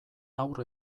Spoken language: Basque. haur